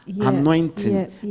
anointing